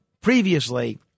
previously